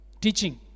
teaching